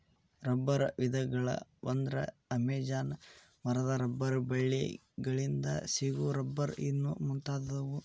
ರಬ್ಬರ ವಿಧಗಳ ಅಂದ್ರ ಅಮೇಜಾನ ಮರದ ರಬ್ಬರ ಬಳ್ಳಿ ಗಳಿಂದ ಸಿಗು ರಬ್ಬರ್ ಇನ್ನು ಮುಂತಾದವು